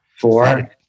Four